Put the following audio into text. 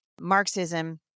Marxism